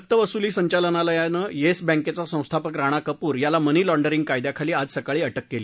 सक्तवसूली संचालनालयानं येस बँकेचा संस्थापक राणा कपूर याला मनी लाँडरिंग कायद्याखाली आज सकाळी अटक केली